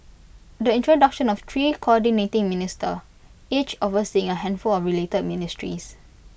the introduction of three Coordinating Minister each overseeing A handful of related ministries